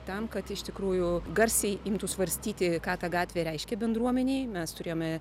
tam kad iš tikrųjų garsiai imtų svarstyti ką ta gatvė reiškia bendruomenei mes turėjome